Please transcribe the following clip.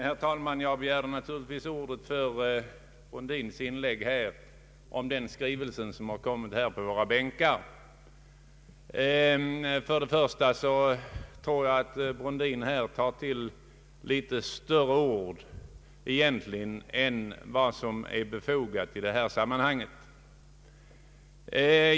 Herr talman! Jag har begärt ordet med anledning av herr Brundins inlägg rörande den skrivelse som delats ut på våra bänkar. Jag tror att herr Brundin egentligen tar till litet större ord än vad som är befogat i detta sammanhang.